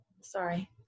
Sorry